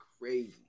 crazy